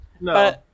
No